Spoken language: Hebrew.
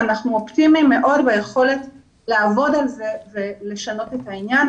אנחנו אופטימיים מאוד ביכולת לעבוד על זה ולשנות את העניין.